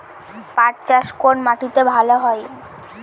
পাট চাষ কোন মাটিতে ভালো হয়?